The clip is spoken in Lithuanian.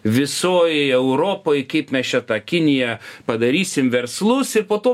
visoj europoj kaip mes čia tą kiniją padarysim verslus ir po to